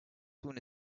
soon